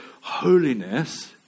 holiness